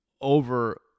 over